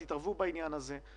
תתערבו בעניין הזה,